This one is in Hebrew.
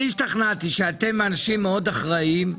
אני השתכנעתי שאתם אנשים מאוד אחראיים,